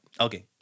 okay